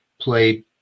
played